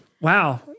Wow